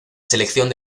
selección